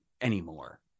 anymore